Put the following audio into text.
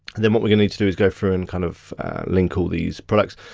and then what we're gonna need to do is go through and kind of link all these products.